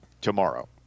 tomorrow